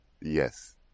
Yes